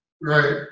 Right